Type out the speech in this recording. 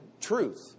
Truth